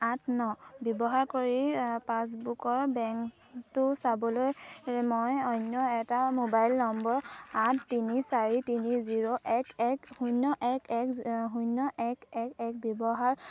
আঠ ন ব্যৱহাৰ কৰি পাছবুকৰ বেঞ্চটো চাবলৈ মই অন্য এটা মোবাইল নম্বৰ আঠ তিনি চাৰি তিনি জিৰ' এক এক শূন্য এক এক শূন্য এক এক এক ব্যৱহাৰ